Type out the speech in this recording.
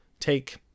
take